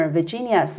Virginia